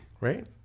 Right